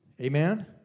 Amen